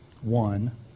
one